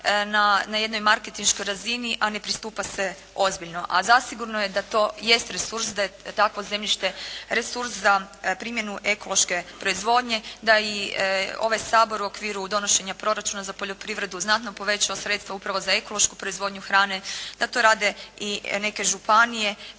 na jednoj marketinškoj razini a ne pristupa se ozbiljno. A zasigurno je da to jest resurs, da takvo zemljište jest resurs za primjenu ekološke proizvodnje. Da i ovaj Sabor u okviru donošenja proračuna za poljoprivredu znatno povećao sredstva upravo za ekološku proizvodnju hrane, da to rade i neke županije.